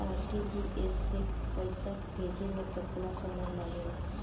RTGS से पैसा भेजे में केतना समय लगे ला?